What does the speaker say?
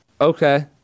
Okay